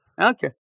Okay